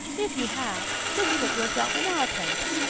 if you have, just put yourself in our place.